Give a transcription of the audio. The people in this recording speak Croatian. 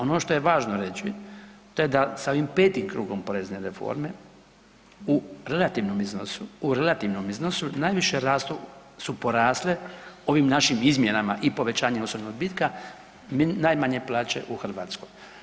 Ono što je važno reći to je da s ovim petim krugom porezne reforme u relativnom iznosu, u relativnom iznosu najviše ratu, su porasle ovim našim izmjenama i povećanjem osobnog odbitka najmanje plaće u Hrvatskoj.